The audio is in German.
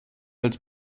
als